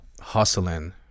hustling